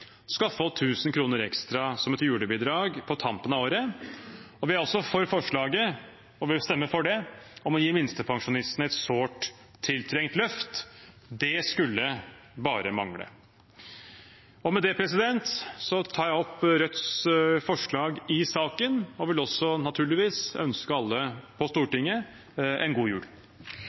skal få 1 000 kr ekstra som et julebidrag på tampen av året. Vi er også for og vil stemme for forslaget om å gi minstepensjonistene et sårt tiltrengt løft. Det skulle bare mangle. Med det tar jeg opp Rødts forslag i saken og vil naturligvis også ønske alle på Stortinget en god jul.